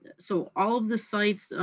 so all of the sites,